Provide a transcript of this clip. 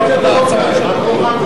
משרד התקשורת (משרד התקשורת, פיקוח על בנק הדואר),